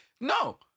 No